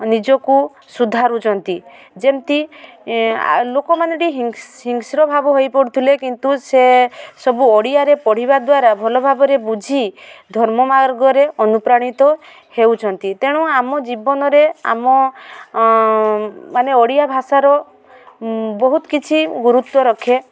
ନିଜକୁ ସୁଧାରୁଛନ୍ତି ଯେମିତି ଆ ଲୋକମାନେ ଟିକେ ହିଂସ୍ରଭାବ ହୋଇପଡ଼ୁଥିଲେ କିନ୍ତୁ ସେ ସବୁ ଓଡ଼ିଆରେ ପଢ଼ିବା ଦ୍ୱାରା ଭଲଭାବରେ ବୁଝି ଧର୍ମ ମାର୍ଗରେ ଅନୁପ୍ରାଣିତ ହେଉଛନ୍ତି ତେଣୁ ଆମ ଜୀବନରେ ଆମ ମାନେ ଓଡ଼ିଆଭାଷାର ବହୁତ କିଛି ଗୁରୁତ୍ୱ ରଖେ